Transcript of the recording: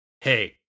Hey